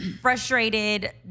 frustrated